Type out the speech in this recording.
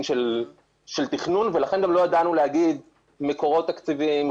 של תכנון ולכן גם לא ידענו להגיד מקורות תקציביים,